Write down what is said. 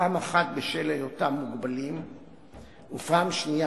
פעם אחת בשל היותם מוגבלים ופעם שנייה